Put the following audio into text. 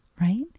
right